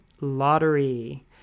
lottery